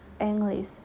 English